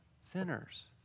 sinners